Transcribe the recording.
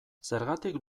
zergatik